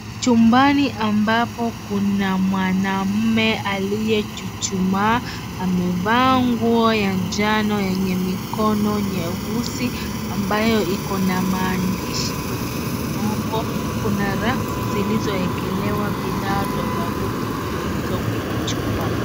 Chumbani ambapo kuna mwanamume aliyechuchumaa amevaa nguo ya njano yenye mikono nyeusi ambayo iko na maandishi kwenye mgongo, kuna rafu zilizoekelewa bidhaa tofauti zilizo kwenye chupa.